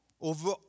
over